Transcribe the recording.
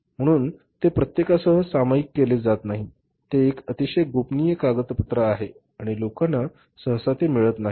म्हणून ते प्रत्येकासह सामायिक केले जात नाही ते एक अतिशय गोपनीय कागदपत्र आहे आणि लोकांना सहसा ते मिळत नाहीत